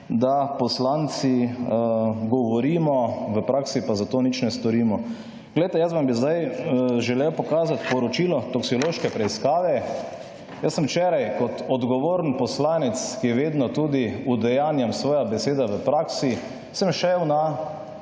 da poslanci govorimo, v praksi pa zato nič ne storimo. Poglejte, jaz vam bi zdaj želel pokazati poročilo toksiloške preiskave. Jaz sem včeraj, kot odgovoren poslanec, ki je vedno tudi udejanjam svoje besede v praksi, sem šel na